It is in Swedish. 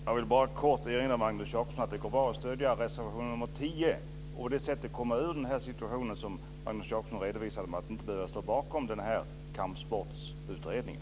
Fru talman! Jag vill bara helt kort erinra Magnus Jacobsson om att det går bra att stödja reservation nr 10 och på det sättet komma ur den situation som Magnus Jacobsson redovisar. Då behöver han inte ställa sig bakom kravet på kampsportsutredningen.